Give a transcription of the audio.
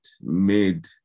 made